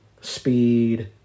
speed